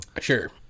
Sure